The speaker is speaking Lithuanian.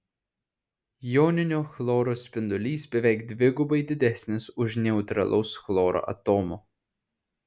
joninio chloro spindulys beveik dvigubai didesnis už neutralaus chloro atomo